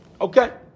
Okay